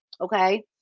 Okay